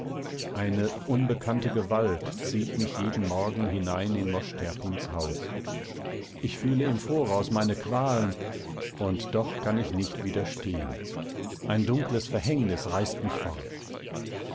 eine unbekannte gewalt zieht mich jeden morgen hinein in mosch terpins haus ich fühle im voraus meine qualen und doch kann ich nicht widerstehen ein dunkles verhängnis reißt mich fort